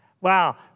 Wow